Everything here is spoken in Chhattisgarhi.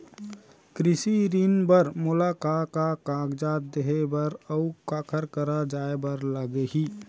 कृषि ऋण बर मोला का का कागजात देहे बर, अऊ काखर करा जाए बर लागही?